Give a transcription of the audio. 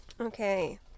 Okay